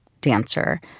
dancer